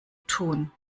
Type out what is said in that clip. tun